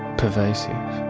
pervasive.